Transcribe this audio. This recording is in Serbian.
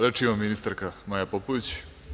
Reč ima ministarka Maja Popović.